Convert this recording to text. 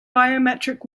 biometric